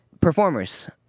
performers